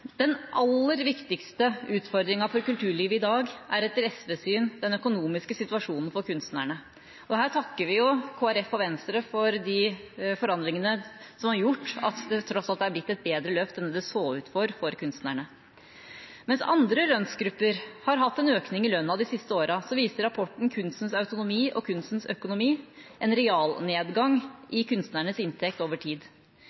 Den aller viktigste utfordringa for kulturlivet i dag er etter SVs syn den økonomiske situasjonen for kunstnerne. Her takker vi Kristelig Folkeparti og Venstre for de forandringene som har gjort at det tross alt har blitt et bedre løft enn det så ut til å bli for kunstnerne. Mens andre lønnsgrupper har hatt en økning i lønnen de siste årene, viser rapporten Kunstens autonomi og kunstens økonomi en realnedgang i kunstnernes inntekt over tid.